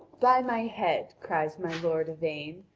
by my head, cries my lord yvain,